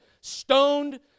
stoned